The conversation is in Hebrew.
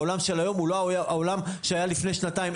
העולם של היום הוא לא העולם שהיה לפני שנתיים,